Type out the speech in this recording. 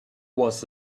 was